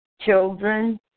children